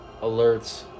alerts